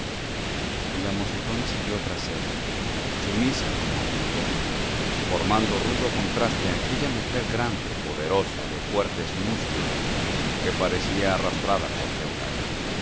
y la mocetona siguió tras él sumisa como una oveja formando rudo contraste aquella mujer grande poderosa de fuertes músculos que parecía arrastrada por teulaí